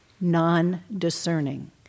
non-discerning